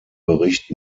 bericht